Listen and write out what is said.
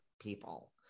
people